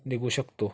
निघू शकतो